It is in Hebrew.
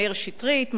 מאיר שטרית,